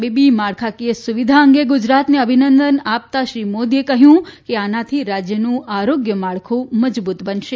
તબીબી માળખાકીય સુવિધા અંગે ગુજરાતને અભિનંદન આપતાં શ્રી મોદીએ કહ્યું કે આનાથી રાજ્યનું આરોગ્ય માળખું મજબૂત બનશે